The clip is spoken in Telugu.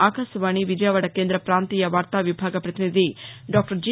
ఆకాశవాణి విజయవాద కేంద్ర ప్రాంతీయ వార్తా విభాగ పతినిధి డాక్టర్ జి